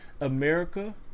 America